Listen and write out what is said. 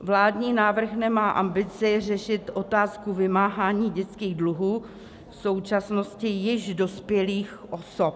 Vládní návrh nemá ambici řešit otázku vymáhání dětských dluhů v současnosti již dospělých osob.